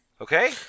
Okay